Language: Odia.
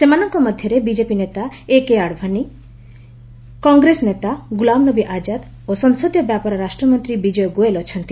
ସେମାନଙ୍କ ମଧ୍ୟରେ ବିଜେପି ନେତା ଏକେ ଆଡଭାନୀ କଂଗ୍ରେସ ନେତା ଗୁଲାବ ନବୀ ଆଜାଦ ଓ ସଂସଦୀୟ ବ୍ୟାପାର ରାଷ୍ଟ୍ରମନ୍ତ୍ରୀ ବିଜୟ ଗୋଏଲ ଅଛନ୍ତି